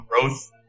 growth